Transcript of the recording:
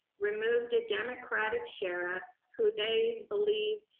removed a democratic sheriff who they believe